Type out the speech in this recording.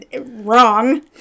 wrong